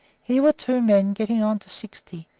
here were two men getting on to sixty,